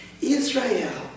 Israel